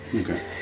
Okay